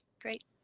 great